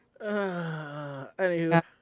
Anywho